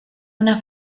una